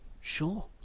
sure